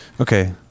Okay